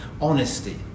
honesty